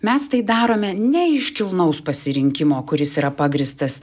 mes tai darome ne iš kilnaus pasirinkimo kuris yra pagrįstas